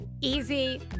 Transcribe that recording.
easy